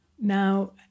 now